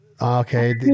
Okay